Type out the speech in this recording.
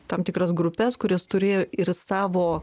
tam tikras grupes kurias turėjo ir savo